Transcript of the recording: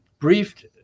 briefed